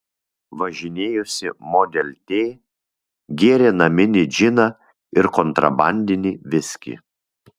važinėjosi model t gėrė naminį džiną ir kontrabandinį viskį